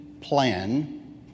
plan